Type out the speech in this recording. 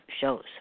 shows